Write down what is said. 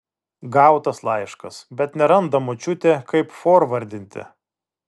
gautas laiškas bet neranda močiutė kaip forvardinti